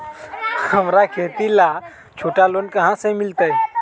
हमरा खेती ला छोटा लोने कहाँ से मिलतै?